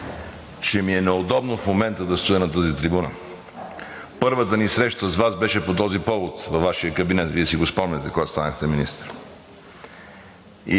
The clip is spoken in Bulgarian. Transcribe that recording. че ми е неудобно в момента да стоя на тази трибуна. Първата ни среща с Вас беше по този повод във Вашия кабинет. Вие си го спомняте, когато станахте министър.